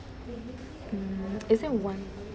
mm is it one